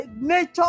nature